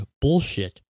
bullshit